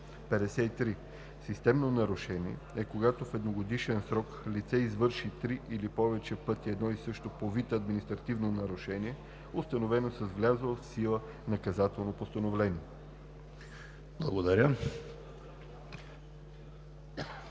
53. „Системно нарушение“ е когато в едногодишен срок лице извърши три или повече пъти едно и също по вид административно нарушение, установено с влязло в сила наказателно постановление.“